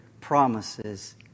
promises